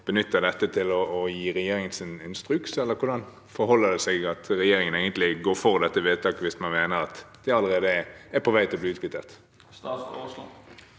benytter dette til å gi regjeringen en instruks, eller hvordan forholder det seg at regjeringen egentlig går inn for dette vedtaket, hvis man mener det allerede er på vei til å bli utkvittert?